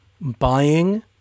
buying